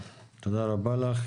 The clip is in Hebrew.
תודה רבה לך.